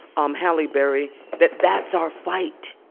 um halle berry that that's our fight,